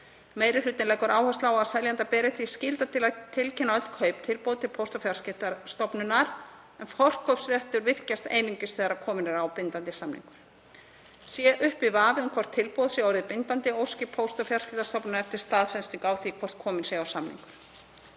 Meiri hlutinn leggur áherslu á að seljanda beri því skylda til að tilkynna öll kauptilboð til Póst- og fjarskiptastofnunar en forkaupsréttur virkist einungis þegar kominn er á bindandi samningur. Sé uppi vafi um hvort tilboð sé orðið bindandi óski Póst- og fjarskiptastofnun eftir staðfestingu á því hvort kominn sé á samningur.